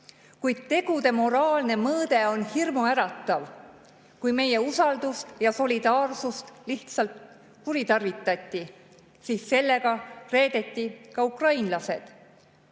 Kuid tegude moraalne mõõde on hirmuäratav. Kui meie usaldust ja solidaarsust lihtsalt kuritarvitati, siis sellega reedeti ka ukrainlased.